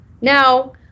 Now